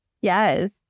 Yes